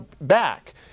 back